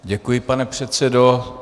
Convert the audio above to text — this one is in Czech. Děkuji, pane předsedo.